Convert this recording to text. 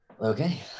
Okay